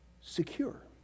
secure